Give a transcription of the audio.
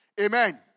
Amen